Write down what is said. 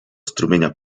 strumienia